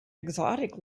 exotic